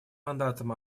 мандатом